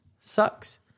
sucks